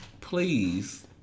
please